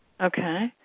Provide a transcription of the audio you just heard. Okay